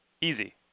easy